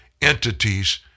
entities